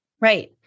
Right